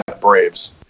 Braves